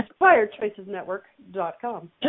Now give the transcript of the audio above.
InspiredChoicesNetwork.com